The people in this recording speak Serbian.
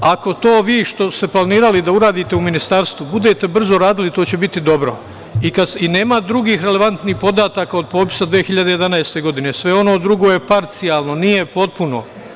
Ako to vi što ste planirali da uradite u Ministarstvu budete brzo radili, to će biti dobro i nema drugih relevantnih podataka od popisa 2011. godine, sve ono drugo je parcijalno, nije potpuno.